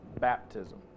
baptism